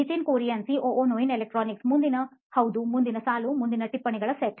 Nitin Kurian COO ನೋಯಿನ್ ಎಲೆಕ್ಟ್ರಾನಿಕ್ಸ್ಮುಂದಿನ ಹೌದು ಮುಂದಿನ ಸಾಲು ಮುಂದಿನ ಟಿಪ್ಪಣಿಗಳ ಸೆಟ್